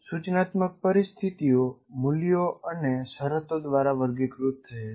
સૂચનાત્મક પરિસ્થિતિઓ મૂલ્યો અને શરતો દ્વારા વર્ગીકૃત થયેલ છે